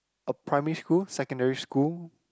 a primary school secondary school